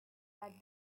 that